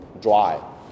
dry